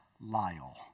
Lyle